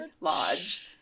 lodge